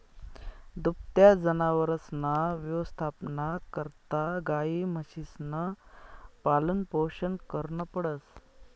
दुभत्या जनावरसना यवस्थापना करता गायी, म्हशीसनं पालनपोषण करनं पडस